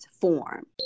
form